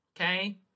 Okay